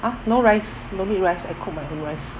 !huh! no rice no need rice I cook my own rice